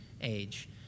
age